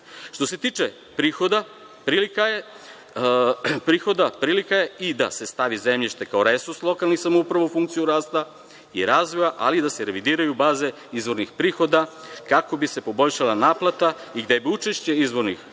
se tiče prihoda, prilika je i da se stavi zemljište kao resurs lokalnih samouprava u funkciju rasta i razvoja, ali i da se revidiraju baze izvornih prihoda, kako bi se poboljšala naplata i gde bi učešće izvornih prihoda